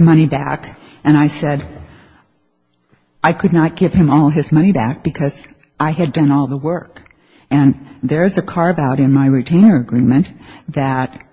money back and i said i could not give him all his money back because i had done all the work and there is a carve out in my retainer agreement that